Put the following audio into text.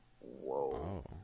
Whoa